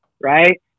Right